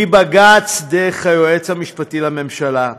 מבג"ץ, דרך היועץ המשפטי לממשלה,